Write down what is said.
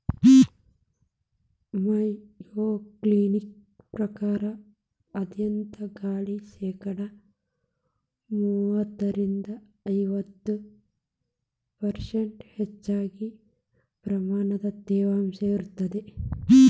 Mayo Clinic ಪ್ರಕಾರ ಆರ್ಧ್ರತೆ ಗಾಳಿ ಶೇಕಡಾ ಮೂವತ್ತರಿಂದ ಐವತ್ತು ಪರ್ಷ್ಂಟ್ ಹೆಚ್ಚಗಿ ಪ್ರಮಾಣದ ತೇವಾಂಶ ಇರತ್ತದ